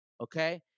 okay